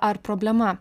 ar problema